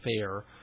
fair